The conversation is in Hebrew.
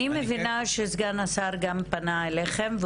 אני מבינה סגן השר גם פנה אליכם,